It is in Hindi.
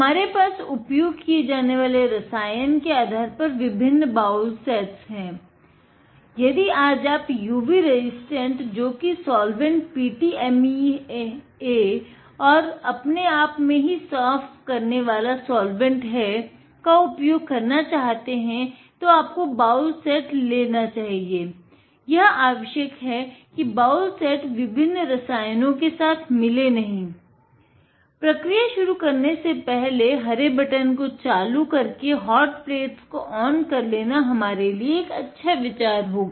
हमारे पास उपयोग किये जाने वाले रसायन करके हम हॉट प्लेट्स को ऑन कर लेना एक अच्छा विचार होगा